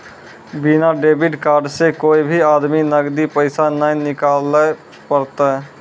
बिना debit card से कोय भी आदमी नगदी पैसा नाय निकालैल पारतै